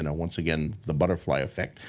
and once again, the butterfly effect.